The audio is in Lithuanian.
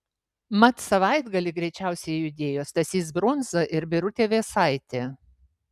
mat savaitgalį greičiausiai judėjo stasys brunza ir birutė vėsaitė